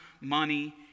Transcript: money